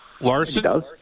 Larson